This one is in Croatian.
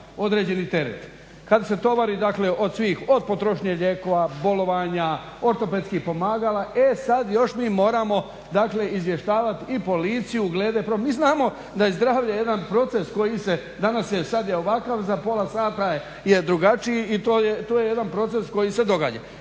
određeni teret, kada se tovari od svih od potrošnje lijekova, bolovanja, ortopedskih pomagala e sada još mi moramo izvještavati i policiju glede. Mi znamo da je zdravlje jedan proces danas je ovakav, za pola sata je drugačiji i to je jedan proces koji se događa.